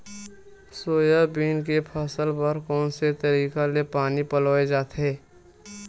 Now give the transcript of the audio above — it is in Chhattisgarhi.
सोयाबीन के फसल बर कोन से तरीका ले पानी पलोय जाथे?